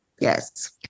yes